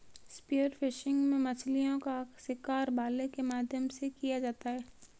spear fishing में मछलीओं का शिकार भाले के माध्यम से किया जाता है